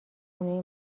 خونه